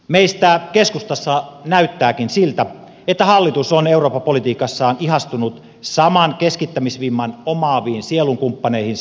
meistä keskustassa näyttääkin siltä että hallitus on eurooppa politiikassaan ihastunut saman keskittämisvimman omaaviin sielunkumppaneihinsa